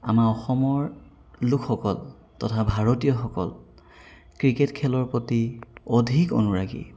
আমাৰ অসমৰ লোকসকল তথা ভাৰতীয়সকল ক্ৰিকেট খেলৰ প্ৰতি অধিক অনুৰাগী